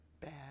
bad